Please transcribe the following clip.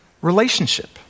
relationship